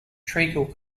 treacle